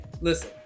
Listen